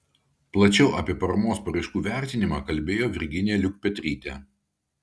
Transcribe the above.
plačiau apie paramos paraiškų vertinimą kalbėjo virginija liukpetrytė